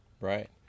Right